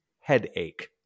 headache